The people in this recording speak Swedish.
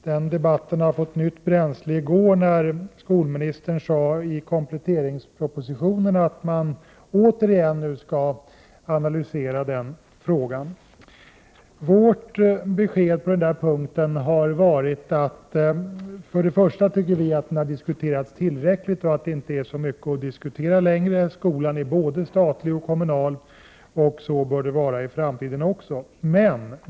Den debatten fick nytt bränsle i går, när skolministern sade i kompletteringspropositionen att man nu återigen skall analysera den frågan. Vårt besked på den punkten har varit att vi tycker att detta har debatterats tillräckligt och inte är så mycket att diskutera längre. Skolan är både statlig och kommunal, och så bör det vara i framtiden också.